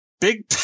big